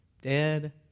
Dead